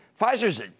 Pfizer's